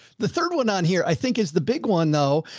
the third one on here, i think is the big one though.